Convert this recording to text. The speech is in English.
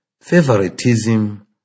Favoritism